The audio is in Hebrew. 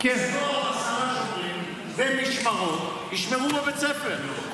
ישבו עשרה שוטרים במשמרות וישמרו בבית הספר.